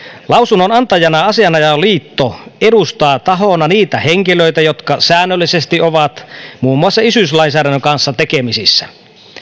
lausunnonantajana asianajajaliitto edustaa tahona niitä henkilöitä jotka säännöllisesti ovat muun muassa isyyslainsäädännön kanssa tekemisissä